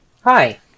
Hi